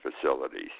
facilities